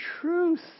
truth